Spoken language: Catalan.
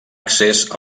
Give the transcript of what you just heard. accés